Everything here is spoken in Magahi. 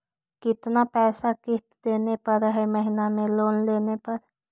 कितना पैसा किस्त देने पड़ है महीना में लोन लेने पर?